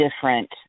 different